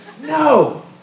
No